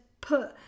put